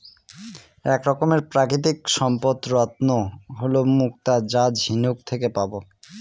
এক রকমের প্রাকৃতিক সম্পদ রত্ন হল মুক্তা যা ঝিনুক থেকে পাবো